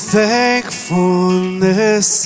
thankfulness